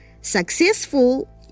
successful